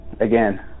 again